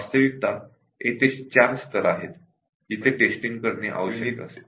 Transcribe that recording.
वास्तविकतः testing ४ levels वर करणे आवश्यक असते